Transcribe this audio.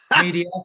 media